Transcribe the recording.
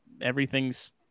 Everything's